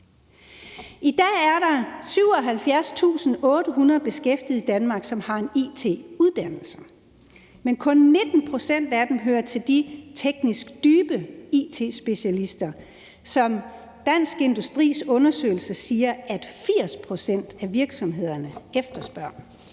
I dag er der 77.800 beskæftigede i Danmark, som har en it-uddannelse, men kun 19 pct. af dem hører til de teknisk dybe it-specialister, som Dansk Industris undersøgelse siger 80 pct. af virksomhederne efterspørger.